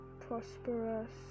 prosperous